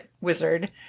wizard